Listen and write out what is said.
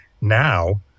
Now